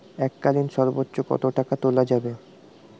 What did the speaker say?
এককালীন সর্বোচ্চ কত টাকা তোলা যাবে?